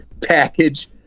package